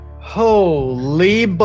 Holy